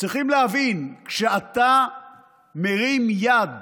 צריכים להבין: כשאתה מרים יד